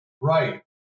Right